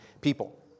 people